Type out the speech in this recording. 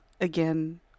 again